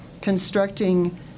constructing